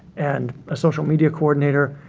and a social media coordinator.